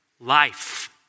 life